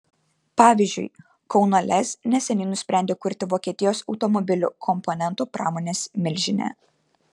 pavyzdžiui kauno lez neseniai nusprendė kurti vokietijos automobilių komponentų pramonės milžinė